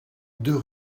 deux